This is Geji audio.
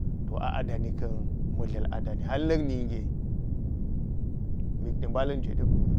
To a – a dani ka̱n ma̱ dla̱l a dani hal na̱k ninge mik de mbalan jwe de pa.